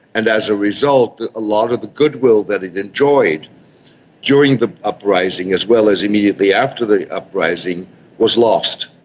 and as a result a lot of the goodwill that it had enjoyed during the uprising as well as immediately after the uprising was lost.